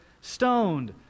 stoned